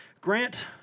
grant